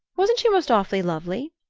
wasn't she most awfully lovely?